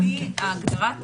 אני רק אגיד,